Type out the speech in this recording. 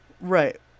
Right